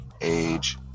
age